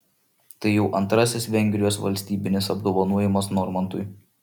tai jau antrasis vengrijos valstybinis apdovanojimas normantui